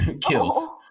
killed